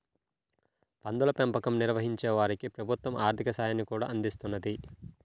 పందుల పెంపకం నిర్వహించే వారికి ప్రభుత్వం ఆర్ధిక సాయాన్ని కూడా అందిస్తున్నది